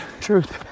Truth